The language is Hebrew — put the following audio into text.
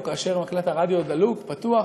או כאשר מקלט הרדיו פתוח,